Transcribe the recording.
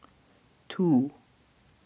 two